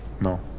No